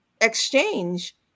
exchange